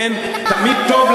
תמיד טוב,